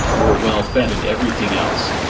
were well fed and everything else.